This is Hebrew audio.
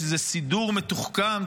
יש איזה סידור מתוחכם,